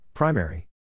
Primary